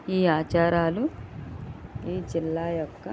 ఈ ఆచారాలు ఈ జిల్లా యొక్క